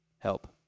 help